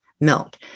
milk